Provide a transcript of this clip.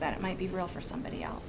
it might be real for somebody else